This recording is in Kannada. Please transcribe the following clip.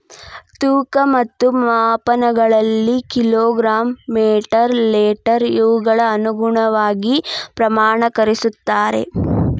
ತೂಕ ಮತ್ತು ಮಾಪನಗಳಲ್ಲಿ ಕಿಲೋ ಗ್ರಾಮ್ ಮೇಟರ್ ಲೇಟರ್ ಇವುಗಳ ಅನುಗುಣವಾಗಿ ಪ್ರಮಾಣಕರಿಸುತ್ತಾರೆ